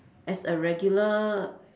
as a regular